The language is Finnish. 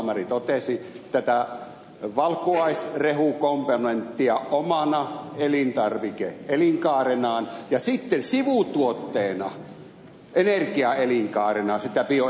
kalmari totesi tätä valkuaisrehukomplementtia omana elintarvike elinkaarenaan ja sitten sivutuotteena energiaelinkaarena sitä bioetanolia